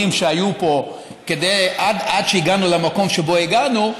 שהיו פה עד שהגענו למקום שאליו הגענו,